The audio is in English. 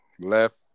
left